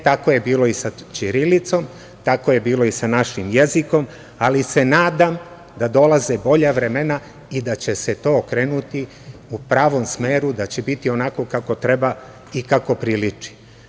Tako je bilo i sa ćirilicom, tako je bilo i sa našim jezikom, ali se nadam da dolaze bolja vremena i da će se to okrenuti u pravom smeru, da će biti onako kako treba i kako priliči.